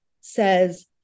says